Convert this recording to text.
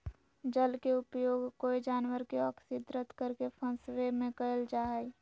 जल के उपयोग कोय जानवर के अक्स्र्दित करके फंसवे में कयल जा हइ